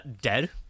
dead